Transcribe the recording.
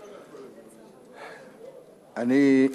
אני,